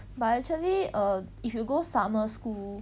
but actually err if you go summer school